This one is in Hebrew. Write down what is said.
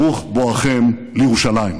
ברוך בואכם לירושלים.